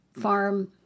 farm